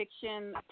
fiction